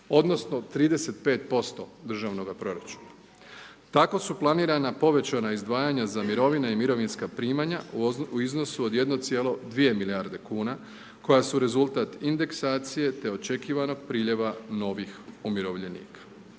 odnosno 35% državnoga proračuna. Tako su planirana povećanja izdvajanja za mirovine i mirovinska primanja u iznosu od 1,2 milijarde kuna koja su rezultat indeksacije te očekivanog priljeva novih umirovljenika.